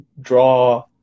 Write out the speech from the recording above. draw